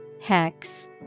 Hex